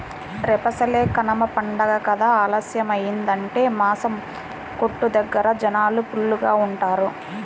రేపసలే కనమ పండగ కదా ఆలస్యమయ్యిందంటే మాసం కొట్టు దగ్గర జనాలు ఫుల్లుగా ఉంటారు